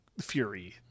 Fury